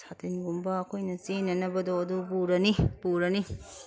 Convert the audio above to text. ꯁꯥꯇꯤꯟꯒꯨꯝꯕ ꯑꯩꯈꯣꯏꯅ ꯆꯦꯟꯅꯅꯕꯗꯣ ꯑꯗꯨ ꯄꯨꯔꯅꯤ ꯄꯨꯔꯅꯤ